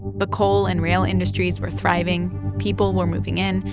but coal and rail industries were thriving. people were moving in.